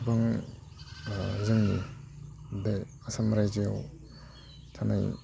गोबां जोंनि बे आसाम रायजोआव थानाय